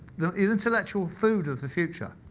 the intellectual food of the future.